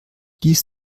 dies